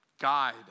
guide